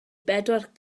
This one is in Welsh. bedwar